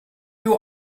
you